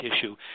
issue